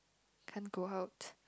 can't go out